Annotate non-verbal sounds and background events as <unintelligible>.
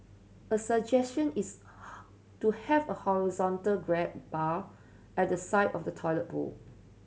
a suggestion is <unintelligible> to have a horizontal grab bar at the side of the toilet bowl